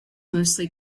mostly